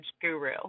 guru